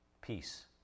peace